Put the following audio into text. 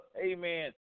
amen